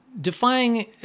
defying